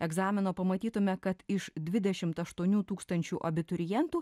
egzamino pamatytume kad iš dvidešimt aštuonių tūkstančių abiturientų